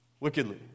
Wickedly